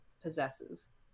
possesses